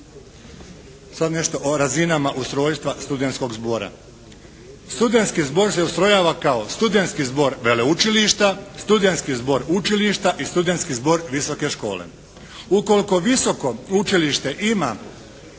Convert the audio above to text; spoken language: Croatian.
Sad nešto o razinama ustrojstva studenskog zbora. Studentski zbor se ustrojava kao studentski zbog sveučilišta, studentski zbor učilišta i studentski zbor visoke škole. Ukoliko visoko učilište ima